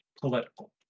political